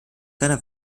seiner